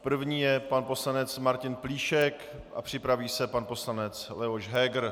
První je pan poslanec Martin Plíšek a připraví se pan poslanec Leoš Heger.